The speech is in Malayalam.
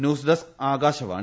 news desk Akashvani